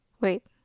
wait